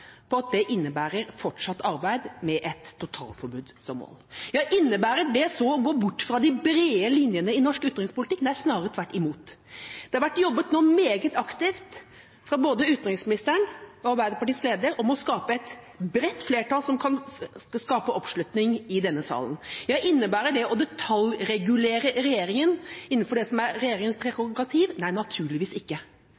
på at det innebærer fortsatt arbeid med et totalforbud som mål. Innebærer det at man går bort fra de brede linjene i norsk utenrikspolitikk? Nei, snarere tvert imot. Det har nå vært jobbet meget aktivt, av både utenriksministeren og Arbeiderpartiets leder, med å skape et bredt flertall som kan skape oppslutning i denne salen. Innebærer det å detaljregulere regjeringa innenfor det som er